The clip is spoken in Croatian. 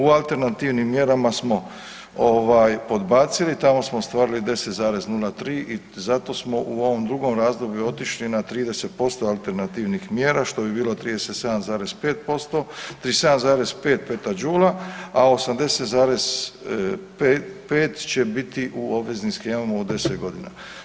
U alternativnim mjerama smo podbacili, tamo smo ostvarili 10,03 i zato smo u ovom drugom razdoblju otišli na 30% alternativnih mjera, što bi bilo 37,5 petadžula, a 80,5 će biti u obveznim shemama u 10 godina.